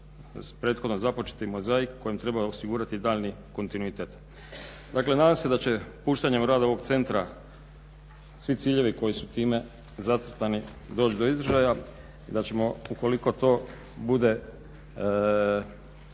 prethodno započeti mozaik kojem treba osigurati daljnji kontinuitet. Dakle nadam se da će puštanjem u rad ovog centra svi ciljevi koji su time zacrtani doći do izražaja i da ćemo ukoliko bude